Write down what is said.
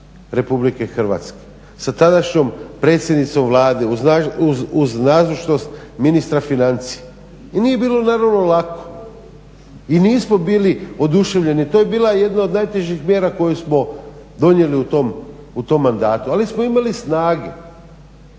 u Vladi RH sa tadašnjom predsjednicom Vlade uz nazočnost ministra financija. I nije bilo naravno lako i nismo bili oduševljeni. To je bila jedna od najtežih mjera koju smo donijeli u tom mandatu, ali smo imali snage